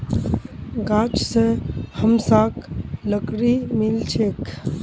गाछ स हमसाक लकड़ी मिल छेक